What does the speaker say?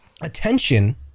attention